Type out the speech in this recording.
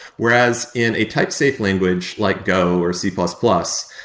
whereas in a type safe language like go or c plus plus,